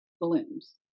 balloons